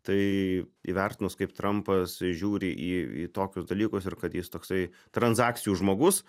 tai įvertinus kaip trampas žiūri į į tokius dalykus ir kad jis toksai transakcijų žmogus